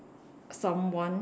someone